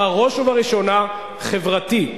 בראש ובראשונה חברתי,